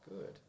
Good